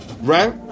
Right